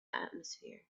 atmosphere